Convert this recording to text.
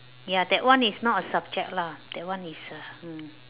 ya that one is not a subject lah that one is a